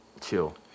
chill